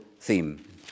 theme